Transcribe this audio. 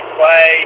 play